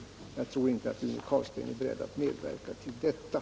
Jag tror inte att Rune Carlstein skulle vara beredd att medverka till något sådant.